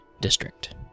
district